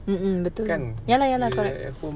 kan bila at home